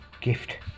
gift